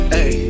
Hey